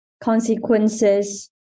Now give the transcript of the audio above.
consequences